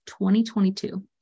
2022